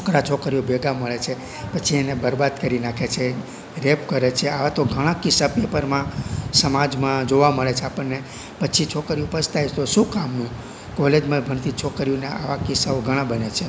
છોકરા છોકરીઓ ભેગા મળે છે પછી એને બરબાદ કરી નાંખે છે રેપ કરે છે આવા તો ઘણા કિસ્સા પેપરમાં સમાજમાં જોવા મળે છે આપણને પછી છોકરીઓ પછતાય તો શું કામનું કોલેજમાં ભણતી છોકરીઓના આવા કિસ્સાઓ ઘણા બને છે